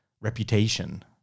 reputation